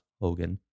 Hogan